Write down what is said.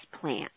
plant